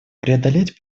преодолеть